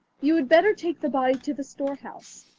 you had better take the body to the storehouse.